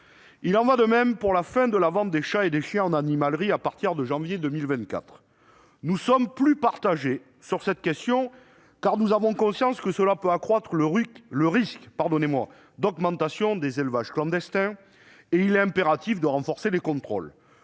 Il en va de même pour la fin de la vente de chats et de chiens en animalerie à partir de janvier 2024. Nous sommes plus partagés sur cette question, car nous avons conscience que cela peut accroître le risque d'augmentation du nombre d'élevages clandestins ; il est impératif de renforcer les contrôles.